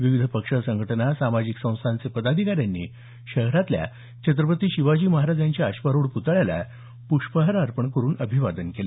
विविध पक्ष संघटना सामाजिक संस्थांच्या पदाधिकाऱ्यांनी शहरातल्या छत्रपती शिवाजी महाराज यांच्या अश्वारुढ पुतळ्यास पुष्पहार अर्पण करून अभिवादन केलं